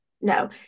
no